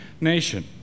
nation